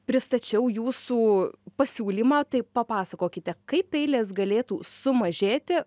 pristačiau jūsų pasiūlymą tai papasakokite kaip eilės galėtų sumažėti